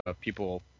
people